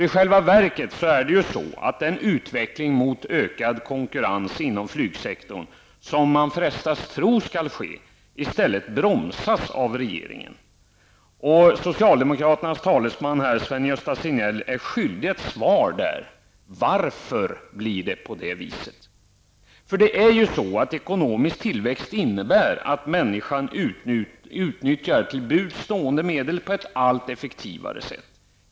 I själva verket är det ju så, att den utveckling mot ökad konkurrens inom flygsektorn som man frestas tro skall ske, i stället bromsas av regeringen. Sven Gösta Signell är skyldig ett svar: Varför blir det på det viset? Det är ju så att ekonomisk tillväxt innebär att människan på ett allt effektivare sätt utnyttjar till buds stående medel.